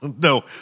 No